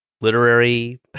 literary